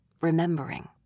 remembering